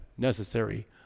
Necessary